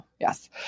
yes